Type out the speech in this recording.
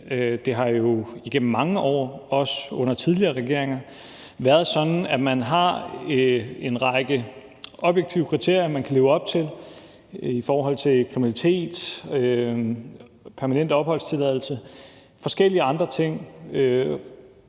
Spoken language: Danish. tidligere regeringer, været sådan, at der er en række objektive kriterier, man skal leve op til, og det er i forhold til kriminalitet og permanent opholdstilladelse og forskellige andre ting,